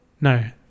No